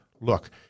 look